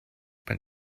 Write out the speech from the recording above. but